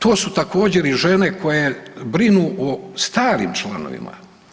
To su također i žene koje brinu o starim članovima.